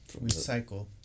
Recycle